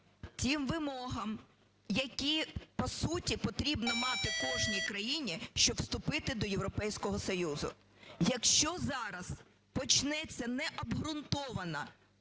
тим вимогам, які по суті потрібно мати кожній країні, щоб вступити до Європейського Союзу. Якщо зараз почнеться необґрунтована